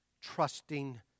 trusting